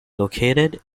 located